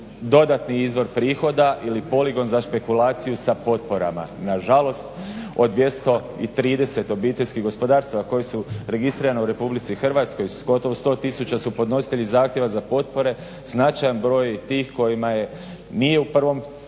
dodatni izvor prihoda ili poligon za špekulaciju sa potporama. Nažalost, od 230 OPG-a koji su registrirani u Republici Hrvatskoj gotovo 100 tisuća su podnositelji zahtjeva za potpore. Značajan broj tih kojima nije u prvom